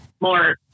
more